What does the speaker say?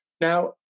Now